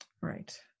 Right